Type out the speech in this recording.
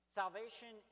salvation